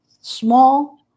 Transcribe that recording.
small